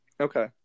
Okay